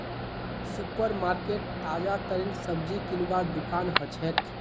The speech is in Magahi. सुपर मार्केट ताजातरीन सब्जी किनवार दुकान हछेक